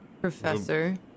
Professor